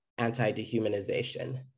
anti-dehumanization